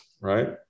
right